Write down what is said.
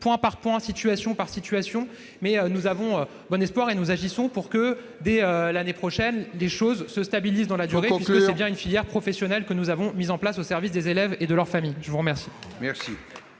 point par point, situation par situation, mais nous avons bon espoir et nous agissons pour que, dès l'année prochaine, les choses se stabilisent dans la durée, ... Il faut conclure !... car c'est bien une filière professionnelle que nous avons mise en place, au service des élèves et de leurs familles. La parole